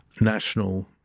national